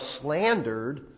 slandered